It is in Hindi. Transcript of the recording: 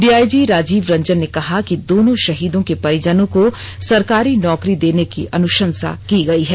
डीआईजी राजीव रंजन ने कहा कि दोनों शहीदों के परिजनों को सरकारी नौकरी देने की अनुशंसा की गई है